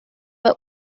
but